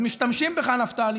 אז משתמשים בך, נפתלי.